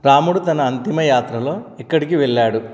రాముడు తన అంతిమ యాత్రలో ఎక్కడికి వెళ్ళాడు